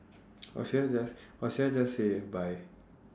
or should I just or should I just say bye